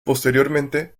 posteriormente